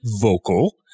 vocal